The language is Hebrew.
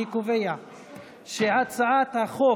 אני קובע שהצעת החוק